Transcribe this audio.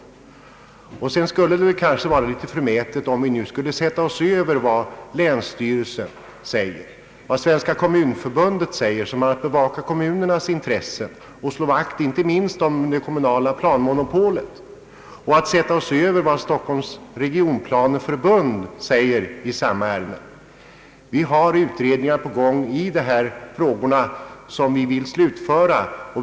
Till sist vill jag säga att det kanske skulle vara litet förmätet om vi nu skulle sätta oss över vad länsstyrelsen säger, vad Svenska kommunförbundet säger — som har att bevaka kommunernas intressen och att slå vakt inte minst om det kommunala planmonopolet — vad Stockholms regionplaneförbund säger i samma ärende. Utredningar är på gång i dessa frågor som vi anser bör slutföras.